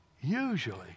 usually